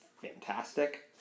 fantastic